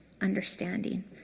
understanding